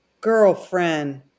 Girlfriend